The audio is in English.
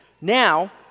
Now